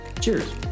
Cheers